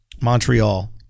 Montreal